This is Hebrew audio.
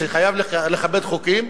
שחייב לכבד חוקים,